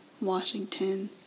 Washington